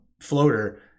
floater